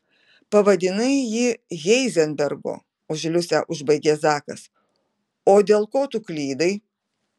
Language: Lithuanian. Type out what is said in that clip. pavadinai jį heizenbergu už liusę užbaigė zakas o dėl ko tu klydai